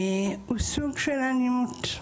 הוא סוג של אלימות.